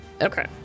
okay